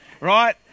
Right